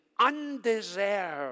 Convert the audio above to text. undeserved